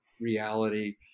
reality